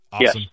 Yes